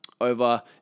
over